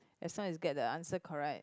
as long as get the answer correct